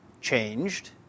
changed